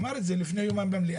הוא אמר את זה לפני יומיים במליאה.